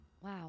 wow